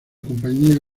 compañía